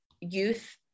youth